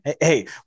Hey